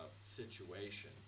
situation